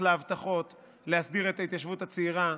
להבטחות להסדיר את ההתיישבות הצעירה,